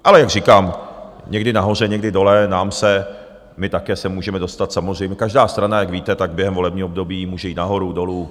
Ale jak říkám, někdy nahoře, někdy dole, my také se můžeme dostat samozřejmě každá strana, jak víte, tak během volebního období může jít nahoru, dolů.